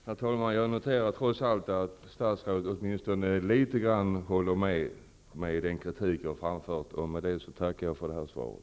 Herr talman! Jag noterar att statsrådet åtminstone i någon mån håller med om den kritik jag har framfört, och med det tackar jag för svaret.